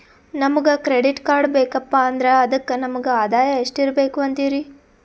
ನಮಗ credit card ಬೇಕಪ್ಪ ಅಂದ್ರ ಅದಕ್ಕ ನಮಗ ಆದಾಯ ಎಷ್ಟಿರಬಕು ಅಂತೀರಿ?